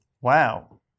Wow